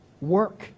work